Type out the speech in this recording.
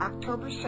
October